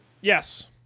Yes